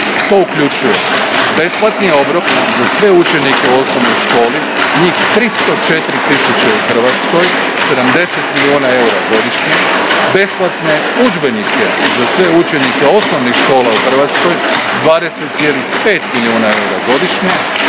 To uključuje, besplatni obrok za sve učenike u osnovnoj školi, njih 304 tisuće u Hrvatskoj, 70 milijuna eura godišnje, besplatne udžbenike za sve učenike osnovnih škola u Hrvatskoj, 20,5 milijuna eura godišnje,